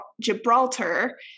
gibraltar